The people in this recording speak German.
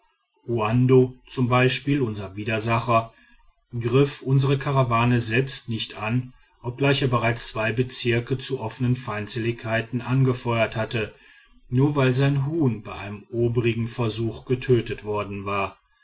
uanbo z b unser widersacher griff unsere karawane selbst nicht an obgleich er bereits zwei bezirke zu offenen feindseligkeiten angefeuert hatte nur weil sein huhn bei dem obigen versuch getötet worden war